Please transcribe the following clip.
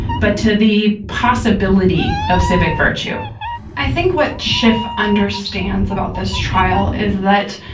but to the possibility of civic virtue i think what schiff understands about this trial is that